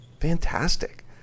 Fantastic